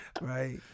Right